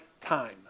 time